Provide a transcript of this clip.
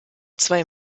zwei